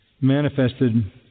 manifested